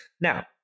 now